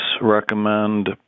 recommend